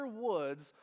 Woods